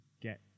get